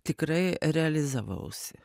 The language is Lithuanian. tikrai realizavausi